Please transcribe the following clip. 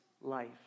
life